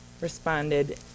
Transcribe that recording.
responded